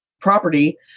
property